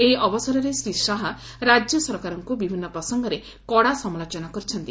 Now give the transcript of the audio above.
ଏହି ଅବସରରେ ଶ୍ରୀ ଶାହା ରାକ୍ୟ ସରକାରଙ୍କୁ ବିଭିନ୍ନ ପ୍ରସଙ୍ଗରେ କଡ଼ା ସମାଲୋଚନା କରିଛନ୍ତି